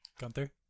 Gunther